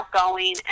outgoing